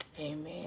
Amen